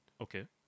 Okay